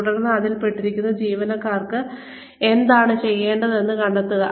തുടർന്ന് അതിൽ ഉൾപ്പെട്ടിരിക്കുന്ന ജീവനക്കാർ എന്താണ് ചെയ്യേണ്ടതെന്ന് കണ്ടെത്തുക